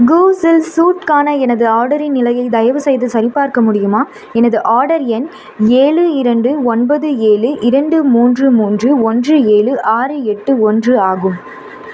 கூவ்ஸில் சூட்டுக்கான எனது ஆர்டரின் நிலையை தயவு செய்து சரிபார்க்க முடியுமா எனது ஆர்டர் எண் ஏழு இரண்டு ஒன்பது ஏழு இரண்டு மூன்று மூன்று ஒன்று ஏழு ஆறு எட்டு ஒன்று ஆகும்